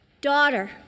Daughter